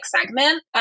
segment